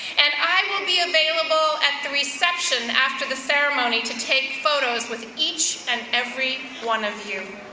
and i will be available at the reception after the ceremony to take photos with each and every one of you.